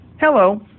Hello